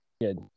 good